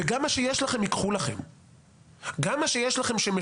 וגם מה שיש לכם ייקחו לכם.